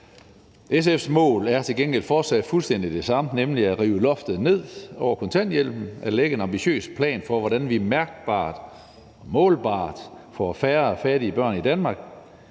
SF's mål er til gengæld fortsat fuldstændig det samme, nemlig at rive loftet over kontanthjælpen ned og lægge en ambitiøs plan for, hvordan vi mærkbart og målbart får færre fattige børn i Danmark,